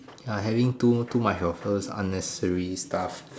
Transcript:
ya having too too much of those unnecessary stuff